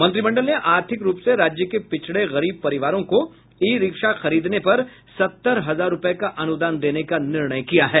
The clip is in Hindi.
मंत्रिमंडल ने आर्थिक रूप से राज्य के पिछड़े गरीब परिवारों को ई रिक्शा खरीदने पर सत्तर हजार रूपये का अनुदान देने का निर्णय किया है